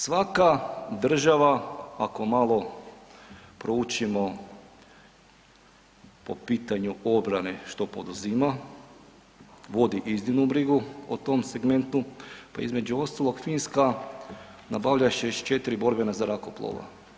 Svaka država ako malo proučimo po pitanju obrane što poduzima, vodi iznimnu brigu o tom segmentu pa između ostalog Finska nabavlja 64 borbena zrakoplova.